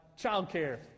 childcare